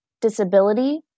disability